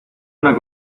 una